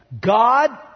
God